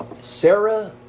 Sarah